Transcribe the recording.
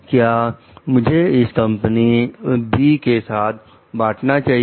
क्या मुझे इस कंपनी बी के साथ बांटना चाहिए